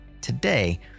Today